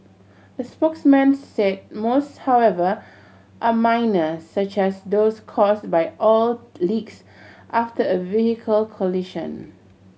a spokesman said most however are minor such as those caused by oil leaks after a vehicle collision